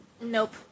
Nope